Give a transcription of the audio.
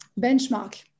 benchmark